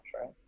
right